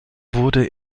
wurde